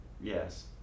Yes